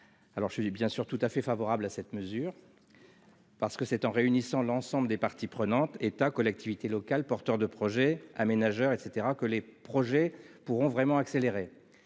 Je suis bien sûr tout à fait favorable à cette mesure : c'est en réunissant l'ensemble des parties prenantes- État, collectivités locales, porteurs de projet, aménageurs, etc. -que l'on accélérera